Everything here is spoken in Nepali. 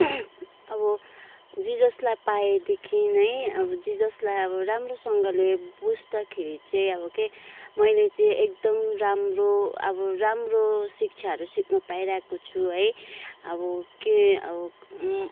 अब जिजसलाई पाएदेखि नै अब जिजसलाई अब राम्रोसँगले बुझ्दाखेरि चाहिँ अब के मैले चाहिँ एकदम राम्रो अब राम्रो शिक्षाहरू सिक्नु पाइरहेको छु है अब के अब